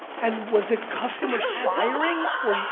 and was it customers firing or,